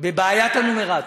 בבעיית הנומרטור.